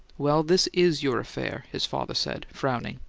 well, this is your affair, his father said, frowning.